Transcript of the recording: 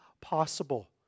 possible